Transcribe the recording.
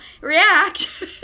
react